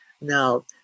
Now